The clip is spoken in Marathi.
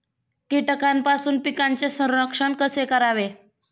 कीटकांपासून पिकांचे संरक्षण कसे करावे?